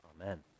Amen